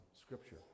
scripture